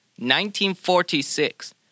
1946